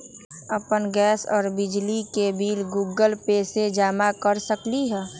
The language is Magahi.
अपन गैस और बिजली के बिल गूगल पे से जमा कर सकलीहल?